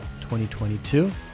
2022